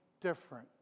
different